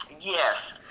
Yes